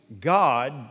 God